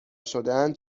شدهاند